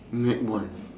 netball